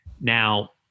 Now